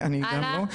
הלאה.